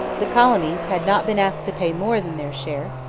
the colonies had not been asked to pay more than their share.